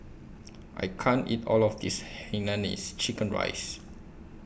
I can't eat All of This Hainanese Chicken Rice